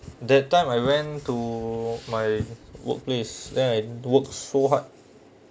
that time I went to my workplace then I work so hard